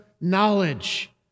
knowledge